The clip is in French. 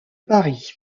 paris